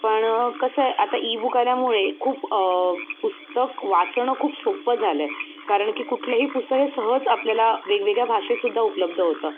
पण कसं आहे आता ईबुक आल्यामुळे खूप पुस्तक वाचणं खूप सोप्पं झालं आहे कारण की कुठलंही पुस्तक हे सहज आपल्याला वेगवेगळ्या भाषेतसुद्धा उपलब्ध होतं